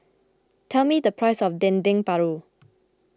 tell me the price of Dendeng Paru